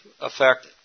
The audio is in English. affect